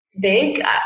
big